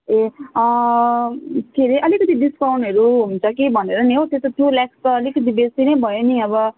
ए के अरे अलिकति डिस्काउन्टहरू हुन्छ कि भनेर नि हो त्यत्रो टु ल्याक्स त अलिकति बेसी नै भयो नि अब